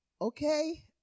okay